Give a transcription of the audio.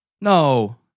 No